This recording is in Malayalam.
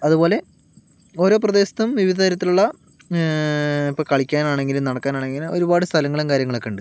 അതുപോലെ ഓരോ പ്രദേശത്തും വിവിധ തരത്തിലുള്ള ഇപ്പം കളിക്കാനാണെങ്കിലും നടക്കാനാണെങ്കിലും ഒരുപാട് സ്ഥലങ്ങളും കാര്യങ്ങളൊക്കെ ഉണ്ട്